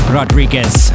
Rodriguez